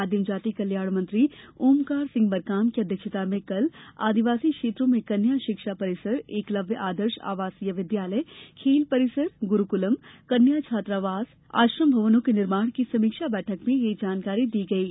आदिम जाति कल्याण मंत्री ओमकार सिंह मरकाम की अध्यक्षता में कल आदिवासी क्षेत्रों में कन्या शिक्षा परिसर एकलव्य आदर्श आवासीय विद्यालय खेल परिसर गुरूकुलम कन्या छात्रावास कौशल विकास केन्द्र और आश्रम भवनों के निर्माण की समीक्षा बैठक में ये जानकार दी गयी